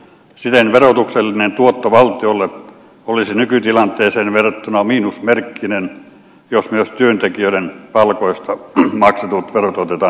siten verotuksellinen tuotto valtiolle olisi nykytilanteeseen verrattuna miinusmerkkinen jos myös työntekijöiden palkoista maksetut verot otetaan huomioon